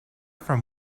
from